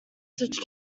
such